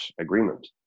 agreement